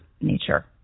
nature